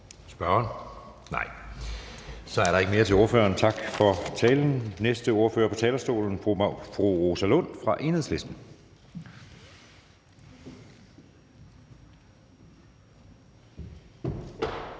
Spørgeren? Nej, så er der ikke mere til ordføreren. Tak for talen. Næste ordfører på talerstolen er fru Rosa Lund fra Enhedslisten.